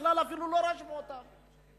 ובכלל אפילו לא רשמו אותם.